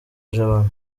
jabana